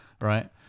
right